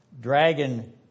dragon